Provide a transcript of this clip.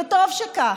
וטוב שכך.